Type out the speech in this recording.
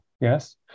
yes